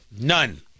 None